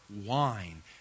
wine